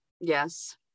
yes